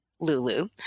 Lulu